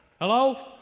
Hello